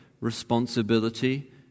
responsibility